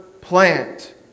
plant